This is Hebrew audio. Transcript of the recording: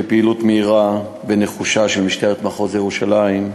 בפעילות מהירה ונחושה של משטרת מחוז ירושלים,